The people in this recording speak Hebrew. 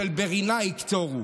של "ברנה יקצרו".